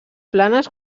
planes